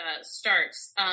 starts